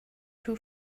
too